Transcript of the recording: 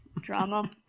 drama